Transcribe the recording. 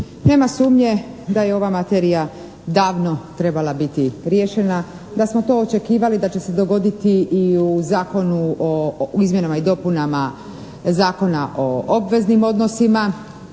Nema sumnje da je ova materija davno trebala biti riješena, da smo to očekivali da će se dogoditi i u izmjenama i dopunama Zakona o obveznim odnosima